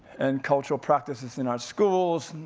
and cultural practices in our schools.